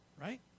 right